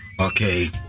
Okay